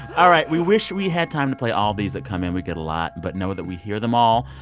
all right, we wish we had time to play all of these that come in. we get a lot. but know that we hear them all.